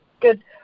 good